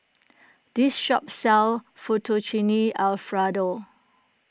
this shop sells Fettuccine Alfredo